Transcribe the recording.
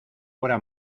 obra